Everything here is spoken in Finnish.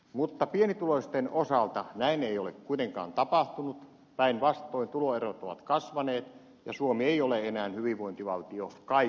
mutta pienituloisten osalta näin ei ole kuitenkaan tapahtunut päinvastoin tuloerot ovat kasvaneet ja suomi ei ole enää hyvinvointivaltio kaikille kansalaisille